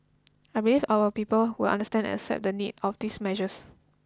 I believe our people will understand and accept the need of these measures